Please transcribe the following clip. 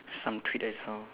some tweet I saw